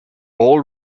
all